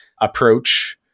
Approach